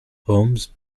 homes